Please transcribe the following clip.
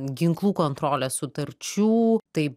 ginklų kontrolės sutarčių tai